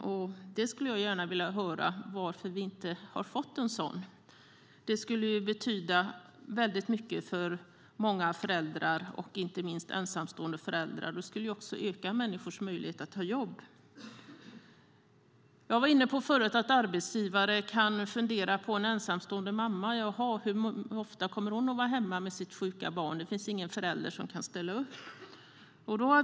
Jag skulle vilja veta varför vi inte har fått en sådan lagstiftning. Det skulle betyda mycket för många föräldrar, inte minst ensamstående föräldrar. Det skulle också öka människors möjlighet att ta jobb. Jag nämnde tidigare att arbetsgivare kan fundera på om en ensamstående mamma kommer att vara hemma med sjukt barn ofta eftersom det inte finns någon annan förälder som kan ställa upp.